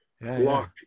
lock